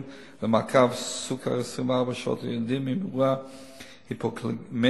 למעקב סוכר 24 שעות לילדים עם אירועי היפוגליקמיה,